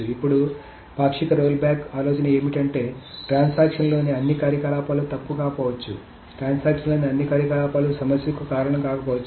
ఇప్పుడు పాక్షిక roll back ఆలోచన ఏమిటి అంటే ట్రాన్సాక్షన్ లోని అన్ని కార్యకలాపాలు తప్పు కాకపోవచ్చు ట్రాన్సాక్షన్ లోని అన్ని కార్యకలాపాలు సమస్యకు కారణం కాకపోవచ్చు